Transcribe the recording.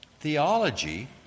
Theology